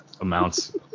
amounts